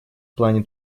плане